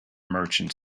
merchant